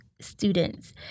students